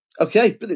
Okay